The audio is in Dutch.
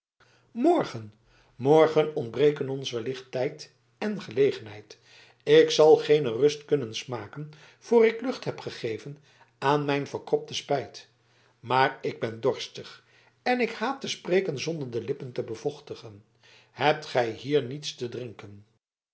morgen morgen ontbreken ons wellicht tijd en gelegenheid ik zal geene rust kunnen smaken voor ik lucht heb gegeven aan mijn verkropten spijt maar ik ben dorstig en ik haat te spreken zonder de lippen te bevochtigen hebt gij hier niets te drinken